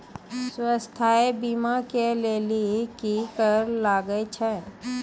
स्वास्थ्य बीमा के लेली की करे लागे छै?